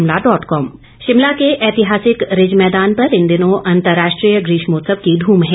ग्रीष्मोत्सव शिमला के ऐतिहासिक रिज मैदान पर इन दिनों अंतर्राष्ट्रीय ग्रीष्मोत्सव की ध्रम है